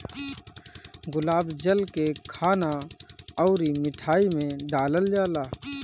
गुलाब जल के खाना अउरी मिठाई में डालल जाला